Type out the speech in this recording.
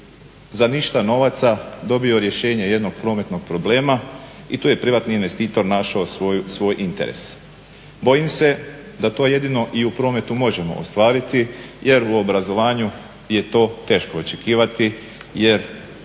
za ništa novaca dobio rješenje jednog prometnog problema i tu je privatni investitor našao svoj interes. Bojim se da to jedino i u prometu možemo ostvariti jer u obrazovanju je to teško očekivati, jer